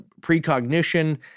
precognition